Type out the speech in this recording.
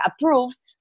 approves